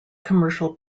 commercial